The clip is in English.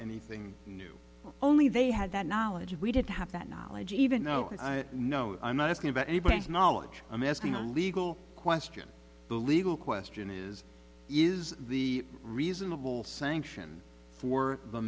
anything new only they had that knowledge if we did have that knowledge even though i know i'm not asking about anybody's knowledge i'm asking a legal question the legal question is is the reasonable sanction for the